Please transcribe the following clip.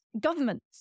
governments